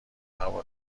هوا